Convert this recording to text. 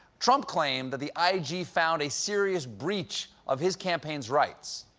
trump claimed that the i g. found a serious breach of his campaign's rights.